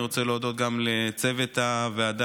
אני רוצה להודות לצוות הוועדה,